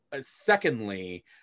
Secondly